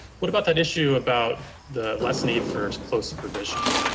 what about the and issue about the less need for close supervision?